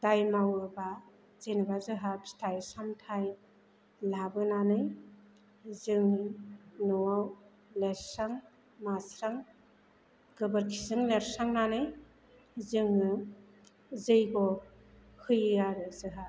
दाय मावोबा जेनोबा जोंहा फिथाइ सामथाइ लाबोनानै जों न'आव लिरस्रां मास्रां गोबोरखिजों लिरस्रांनानै जोङो जैग' होयो आरो जोंहा